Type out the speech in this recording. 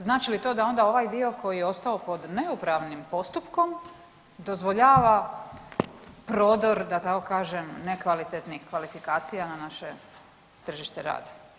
Znači li to da onda ovaj dio koji je ostao pod neupravnim postupkom dozvoljava prodor, da tako kažem, nekvalitetnih kvalifikacija na naše tržište rada?